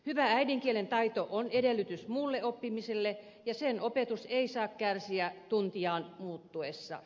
hyvä äidinkielen taito on edellytys muulle oppimiselle ja sen opetus ei saa kärsiä tuntijaon muuttuessa